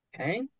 Okay